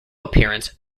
appearance